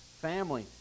family